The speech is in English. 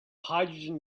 hydrogen